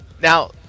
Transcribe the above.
Now